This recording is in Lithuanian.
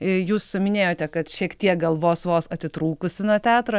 jūs minėjote kad šiek tiek gal vos vos atitrūkusi nuo teatro